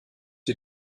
die